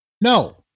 No